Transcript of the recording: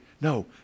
No